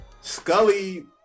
Scully